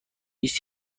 است